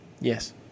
Yes